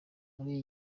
muri